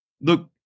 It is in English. Look